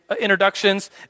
introductions